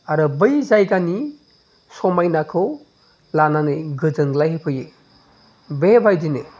आरो बै जायगानि समायनाखौ लानानै गोजोनग्लाय होफैयो बेबायदिनो